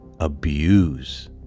abuse